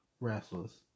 wrestlers